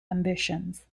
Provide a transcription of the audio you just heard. ambitions